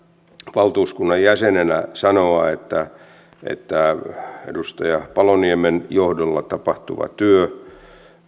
valtuuskunnan jäsenenä sanoa että että edustaja paloniemen johdolla tapahtuva työ